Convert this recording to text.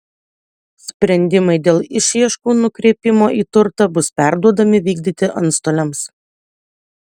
sprendimai dėl išieškų nukreipimo į turtą bus perduodami vykdyti antstoliams